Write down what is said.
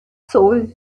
soul